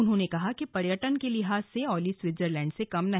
उन्होंने कहा कि पर्यटन के लिहाज से औली स्विट्जरलैंड से कम नहीं